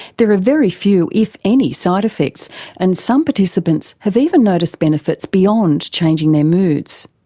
there are very few, if any, side-effects and some participants have even noticed benefits beyond changing their moods.